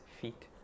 feet